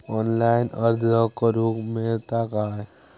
Online अर्ज करूक मेलता काय?